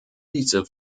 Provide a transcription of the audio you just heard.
diese